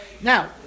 Now